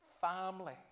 family